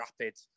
rapid